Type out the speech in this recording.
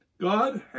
God